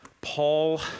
Paul